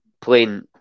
Playing